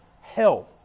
hell